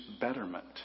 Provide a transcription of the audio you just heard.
betterment